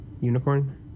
unicorn